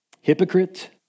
Hypocrite